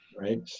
Right